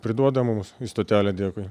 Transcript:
priduoda mums į stotelę dėkui